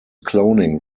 cloning